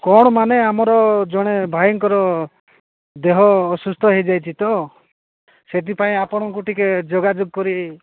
କ'ଣ ମାନେ ଆମର ଜଣେ ଭାଇଙ୍କର ଦେହ ଅସୁସ୍ଥ ହୋଇଯାଇଛି ତ ସେଥିପାଇଁ ଆପଣଙ୍କୁ ଟିକେ ଯୋଗାଯୋଗ କରି